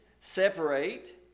separate